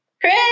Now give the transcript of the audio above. Chris